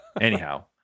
Anyhow